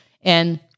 And-